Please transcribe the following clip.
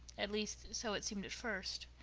at least, so it seemed at first.